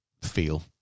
Feel